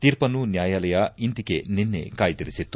ತೀರ್ಪನ್ನು ನ್ಲಾಯಾಲಯ ಇಂದಿಗೆ ನಿನ್ನೆ ಕಾಯ್ದಿರಿಸಿತ್ತು